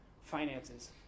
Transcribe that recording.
finances